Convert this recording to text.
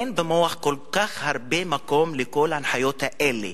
אין במוח כל כך הרבה מקום לכל ההנחיות האלה,